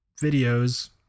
videos